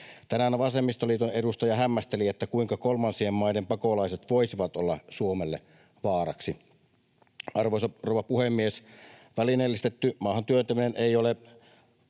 Tänään vasemmistoliiton edustaja hämmästeli, kuinka kolmansien maiden pakolaiset voisivat olla Suomelle vaaraksi. Arvoisa rouva puhemies, välineellistetty maahan työntäminen ei ole